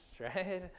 right